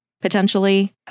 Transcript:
potentially